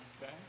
Okay